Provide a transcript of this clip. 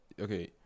okay